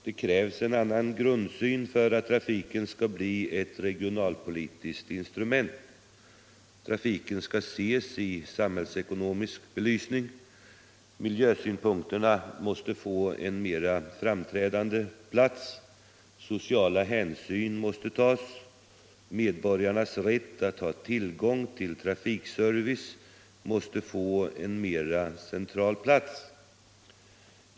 Det krävs en annan grundsyn för att trafiken skall bli ett regionalpolitiskt instrument. Trafiken skall ses i samhällsekonomisk belysning. Miljösynpunkterna måste få en mera framträdande plats. Sociala hänsyn måste tas. Medborgarnas rätt att ha tillgång till trafikservice måste få en mera central plats.